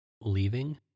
Leaving